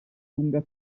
lunga